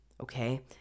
Okay